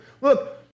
Look